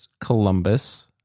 Columbus